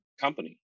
company